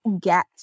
get